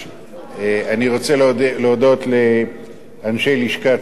אני רוצה להודות לאנשי לשכת שר המשפטים